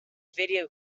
video